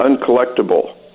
uncollectible